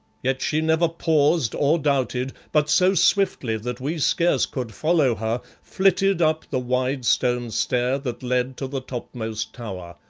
yet she never paused or doubted, but so swiftly that we scarce could follow her, flitted up the wide stone stair that led to the topmost tower.